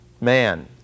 man